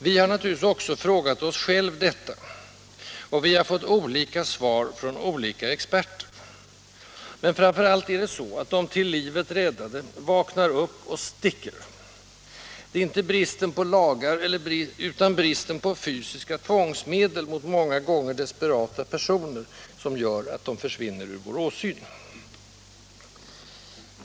Vi har naturligtvis själva ställt oss frågan vad som är möjligt, och vi har fått olika svar från olika experter. Men framför allt är det så att de till livet räddade vaknar upp och ”sticker”. Det är inte bristen på lagar utan bristen på fysiska tvångsmedel mot dessa många gånger desperata personer som gör att de försvinner ur vår åsyn.